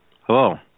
Hello